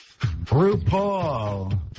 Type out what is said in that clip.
RuPaul